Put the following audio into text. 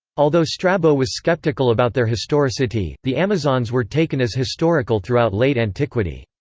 although strabo was sceptical about their historicity, the amazons were taken as historical throughout late antiquity.